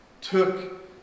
took